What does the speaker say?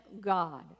God